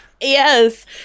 Yes